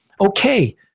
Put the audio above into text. okay